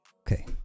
Okay